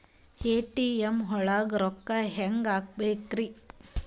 ATM ಒಳಗ್ ರೊಕ್ಕ ಹೆಂಗ್ ಹ್ಹಾಕ್ಬೇಕ್ರಿ?